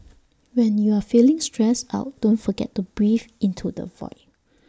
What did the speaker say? when you are feeling stressed out don't forget to breathe into the void